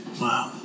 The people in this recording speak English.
Wow